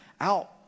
out